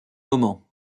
moments